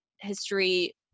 history